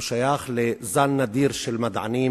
הוא שייך לזן נדיר של מדענים